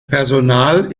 personal